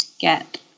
get